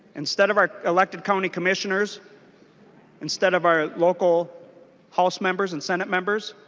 instead of our elected county commissioners instead of our local house members and senate members